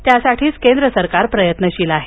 त्यासाठीच केंद्र सरकार प्रयत्नशील आहे